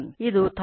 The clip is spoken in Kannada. ಇದು 1000 1